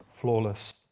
flawless